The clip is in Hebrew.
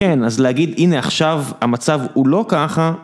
כן, אז להגיד הנה עכשיו, המצב הוא לא ככה.